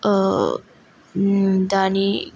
दानि